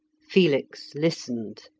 felix listened.